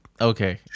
Okay